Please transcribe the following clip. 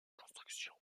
construction